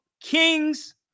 Kings